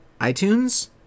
iTunes